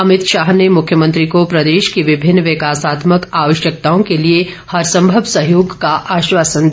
अभित शाह ने मुख्यमंत्री को प्रदेश की विभिन्न विकासात्मक आवश्यकताओं के लिए हर सम्भव सहयोग का आश्वासन दिया